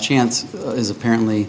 chance is apparently